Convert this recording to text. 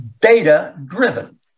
data-driven